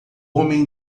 homem